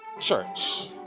Church